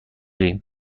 رویم